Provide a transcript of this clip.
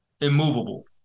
immovable